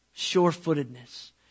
sure-footedness